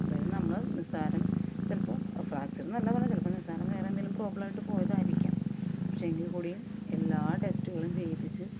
അതായത് നമ്മൾ നിസ്സാരം ചിലപ്പോൾ ഫ്രാക്ചർ എന്നല്ല പറഞ്ഞത് ചിലപ്പോൾ നിസ്സാരം വേറെ എന്തെങ്കിലും പ്രോബ്ലമായിട്ട് പോയതായിരിക്കാം പക്ഷെ എങ്കിൽ കൂടിയും എല്ലാ ടെസ്റ്റുകളും ചെയ്യിപ്പിച്ച്